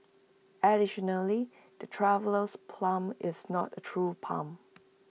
additionally the Traveller's palm is not A true palm